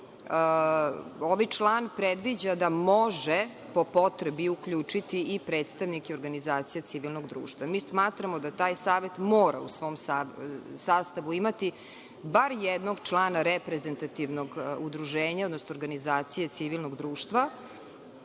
ovaj član predviđa da može po potrebi uključiti i predstavnike organizacija civilnog društva. Smatramo da taj savet mora u svom sastavu imati bar jednog člana reprezentativnog udruženja, odnosno organizacije civilnog društva,